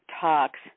talks